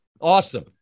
Awesome